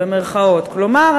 כלומר,